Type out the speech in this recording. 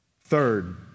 Third